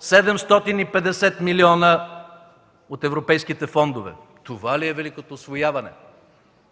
750 милиона от европейските фондове. Това ли е великото усвояване?